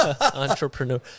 entrepreneur